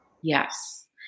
Yes